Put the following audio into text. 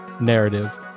narrative